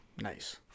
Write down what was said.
Nice